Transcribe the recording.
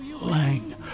Lang